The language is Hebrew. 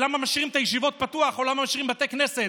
ולמה משאירים את הישיבות פתוחות או למה משאירים בתי כנסת.